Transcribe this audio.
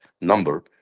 number